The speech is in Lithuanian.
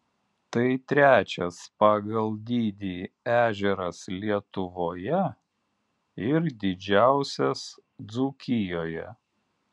tai trečias pagal dydį ežeras lietuvoje ir didžiausias dzūkijoje